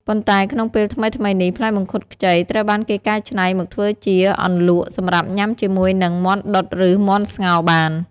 ប៉ុន្តែក្នុងពេលថ្មីៗនេះ ផ្លែមង្ឃុតខ្ចី ត្រូវបានគេកៃច្នៃមកធ្វើជាអន្លក់ សម្រាប់ញ៉ាំជាមួយនឹង មាន់ដុតឬមាន់ស្ងោរបាន។